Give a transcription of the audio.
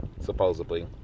supposedly